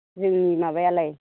जोंनि माबायालाय